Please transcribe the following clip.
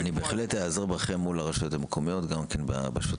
אני בהחלט היעזר בכם מול הרשויות המקומיות גם בשוטף.